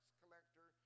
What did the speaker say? collector